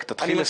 רק תתחיל לסיים.